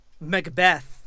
Macbeth